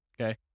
okay